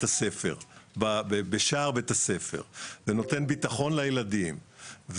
הספר בשער בית הספר ונותן ביטחון לילדים,